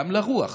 גם לרוח,